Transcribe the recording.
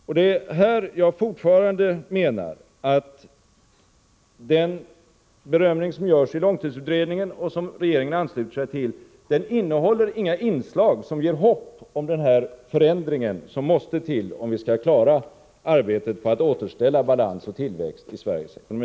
Jag hävdar fortfarande att den bedömning som görs i långtidsutredningen och som regeringen ansluter sig till inte innehåller några inslag som ger hopp om den förändring som måste till om vi skall klara arbetet med att återställa balans och tillväxt i Sveriges ekonomi.